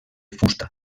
fusta